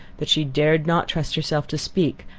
that she dared not trust herself to speak,